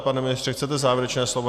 Pane ministře, chcete závěrečné slovo?